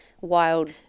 wild